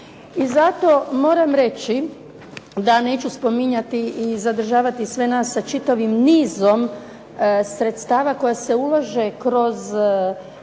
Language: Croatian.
I zato moram reći, da neću spominjati i zadržavati sve nas sa čitavim nizom sredstava koje se ulože kroz